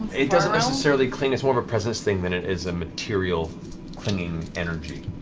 it doesn't necessarily cling. it's more of a presence thing than it is a material clinging energy.